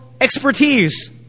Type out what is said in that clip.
expertise